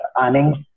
earnings